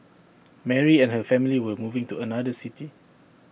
Mary and her family were moving to another city